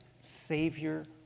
Savior